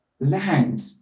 land